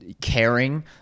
caring